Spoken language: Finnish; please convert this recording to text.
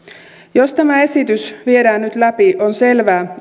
jos tämä esitys viedään nyt läpi on selvää